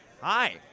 Hi